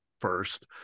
first